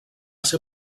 ser